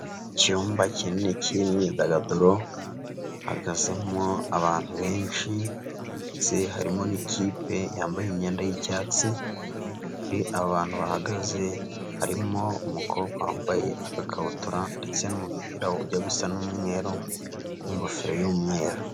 Icyumba kinini cy'imyidagaduro, hahagazemo abantu benshi, ndetse harimo n'ikipe yambaye imyenda y'icyatsi, muri abo bantu bahagaze harimo umukobwa wambaye agakabutura ndetse n'umupira ujya gusa n'umweru n'ingofero y'umweru.